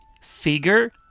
figure